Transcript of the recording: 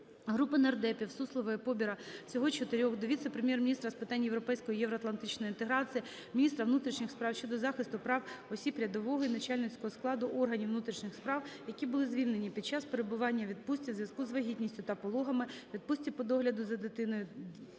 Групи нардепів (Суслової, Побера та інших, всього 4-х) до віце-прем'єр-міністра з питань європейської євроатлантичної інтеграції, міністра внутрішніх справ щодо захисту прав осіб рядового і начальницького складу органів внутрішніх справ, які були звільнені під час перебування у відпустці у зв'язку з вагітністю та пологами, відпустці по догляду за дитиною